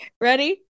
Ready